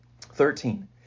Thirteen